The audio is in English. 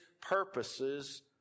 purposes